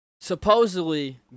supposedly